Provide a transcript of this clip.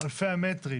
אלפי המטרים